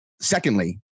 secondly